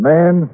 Man